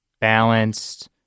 balanced